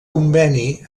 conveni